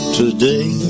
today